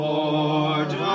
Lord